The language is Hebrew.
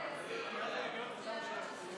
חבר הכנסת סעדי, שלוש דקות